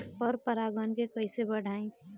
पर परा गण के कईसे बढ़ाई?